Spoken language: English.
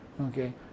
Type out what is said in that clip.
okay